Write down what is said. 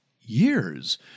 years